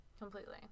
Completely